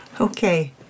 okay